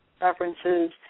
references